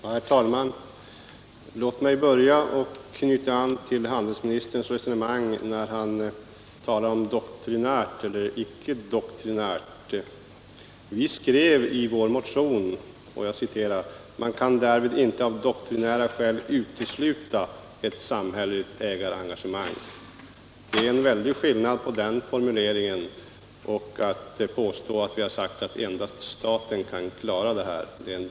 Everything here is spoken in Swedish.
Herr talman! Jag vill börja med att knyta an till handelsministerns resonemang om doktrinärt och icke doktrinärt tänkande. Vi skrev i vår motion: ”Man kan därvid inte av doktrinära skäl utesluta ett samhälleligt ägarengagemang.” Det är en väldig skillnad mellan den formuleringen och att säga — som det påstås att vi skulle ha gjort — att endast staten kan klara det här problemet.